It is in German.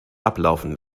ablaufen